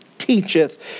teacheth